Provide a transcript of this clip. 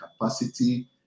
capacity